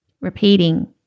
repeating